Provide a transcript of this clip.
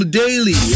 daily